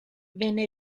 venne